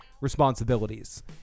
responsibilities